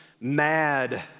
mad